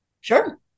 Sure